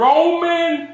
Roman